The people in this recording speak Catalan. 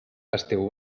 esteu